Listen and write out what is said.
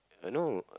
uh no